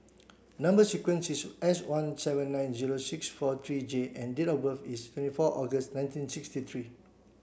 number sequence is S one seven nine zero six four three J and date of birth is twenty four August nineteen sixty three